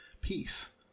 peace